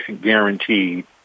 guaranteed